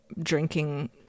drinking